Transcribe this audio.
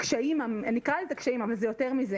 הקשיים אני קוראת לזה קשיים אבל זה יותר מזה